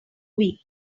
week